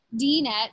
DNET